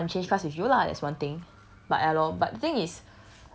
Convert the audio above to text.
must have people who want change class with you lah that's one thing but ya lor